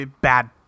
Bad